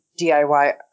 DIY